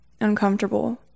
uncomfortable